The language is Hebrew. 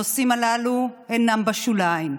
הנושאים הללו אינם בשוליים,